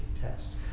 test